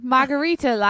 Margarita